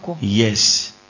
Yes